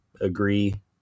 agree